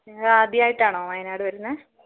നിങ്ങൾ ആദ്യമായിട്ടാണോ വയനാട് വരുന്നത്